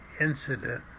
incident